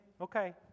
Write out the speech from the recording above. okay